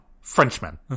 Frenchman